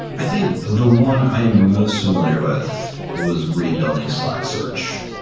i think the one i am most familiar with was rebuilding slack search,